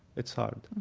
it's hard.